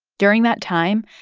during that time,